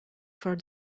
for